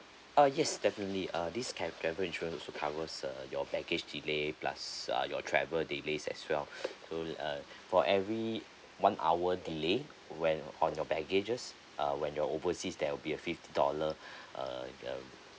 uh yes definitely uh this ca~ travel insurance also covers uh your baggage delay plus uh your travel delay as well so uh for every one hour delay when on your baggages uh when you're overseas there will be a fifty dollar uh uh